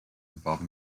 involve